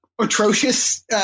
atrocious